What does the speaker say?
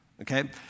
Okay